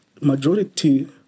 Majority